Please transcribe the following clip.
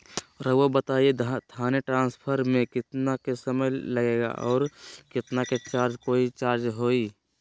रहुआ बताएं थाने ट्रांसफर में कितना के समय लेगेला और कितना के चार्ज कोई चार्ज होई?